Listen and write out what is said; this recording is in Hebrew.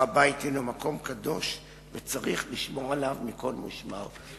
הר-הבית הינו מקום קדוש וצריך לשמור עליו מכל משמר.